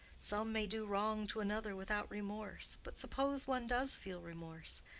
some may do wrong to another without remorse but suppose one does feel remorse?